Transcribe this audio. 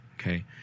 okay